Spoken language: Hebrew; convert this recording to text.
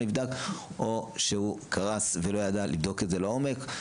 נבדק או שהוא קרס ולא ידע לבדוק את זה לעומק.